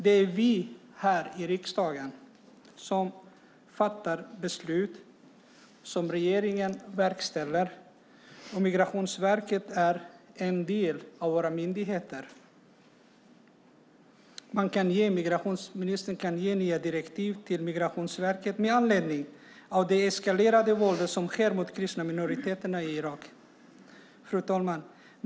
Det är ju vi här i riksdagen som fattar beslut som regeringen verkställer. Migrationsverket är en av våra myndigheter. Migrationsministern kan ge Migrationsverket nya direktiv med anledning av det eskalerade våldet mot den kristna minoriteten i Irak. Fru talman!